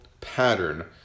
pattern